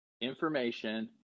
information